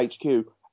HQ